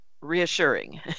reassuring